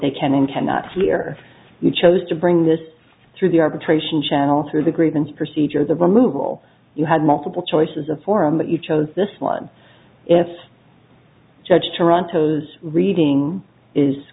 they can and cannot clear you chose to bring this through the arbitration channel through the grievance procedure the removal you had multiple choices of form but you chose this one if judge toronto's reading is